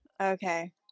okay